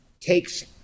takes